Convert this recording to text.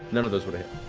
none of those would've